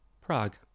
Prague